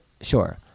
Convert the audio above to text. Sure